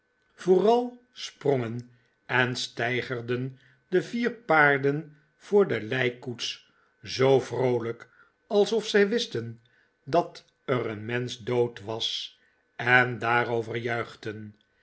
vooral sprongen en steigerden de vier paarden voor de lijkkoets zoo vroolijk alsof zij wisten dat er een mensch dood was en daarover